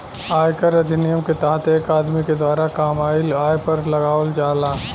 आयकर अधिनियम के तहत एक आदमी के द्वारा कामयिल आय पर कर लगावल जाला